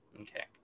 Okay